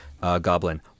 goblin